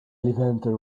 levanter